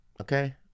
okay